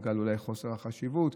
אולי בגלל חוסר החשיבות.